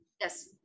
Yes